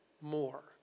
more